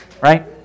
right